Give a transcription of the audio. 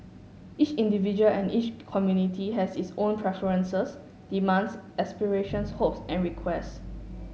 each individual and each community has its own preferences demands aspirations hopes and requests